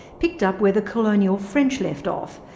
picked up where the colonial french left off,